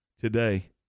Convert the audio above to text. today